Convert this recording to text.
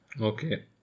Okay